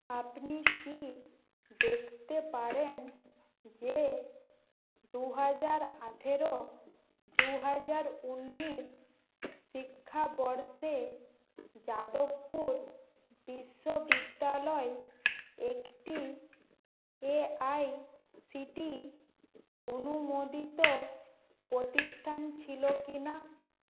আপনি কি দেখতে পারেন যে দু হাজার আঠেরো দু হাজার উন্নিশ শিক্ষাবর্ষে যাদবপুর বিশ্ববিদ্যালয় একটি এআইসিটিই অনুমোদিত প্রতিষ্ঠান ছিলো কি না